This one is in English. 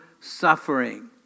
suffering